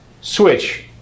switch